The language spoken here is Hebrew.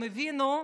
הם הבינו,